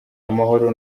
amahoro